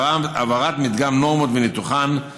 העברת מדגם נורמות וניתוחן,